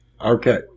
Okay